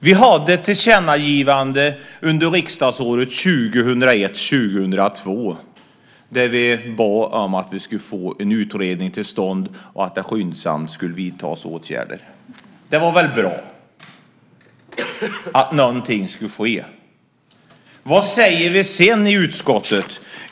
Vi hade ett tillkännagivande under riksdagsåret 2001/02, då vi bad om att vi skulle få en utredning till stånd och att det skyndsamt skulle vidtas åtgärder. Det var väl bra att någonting skulle ske! Vad säger vi sedan i utskottet?